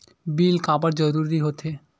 Bill काबर जरूरी होथे?